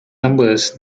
numbers